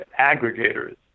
aggregators